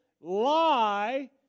lie